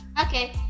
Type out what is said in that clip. Okay